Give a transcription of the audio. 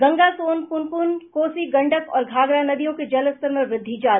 गंगा सोन पुनपुन कोसी गंडक और घाघरा नदियों के जलस्तर में वृद्धि जारी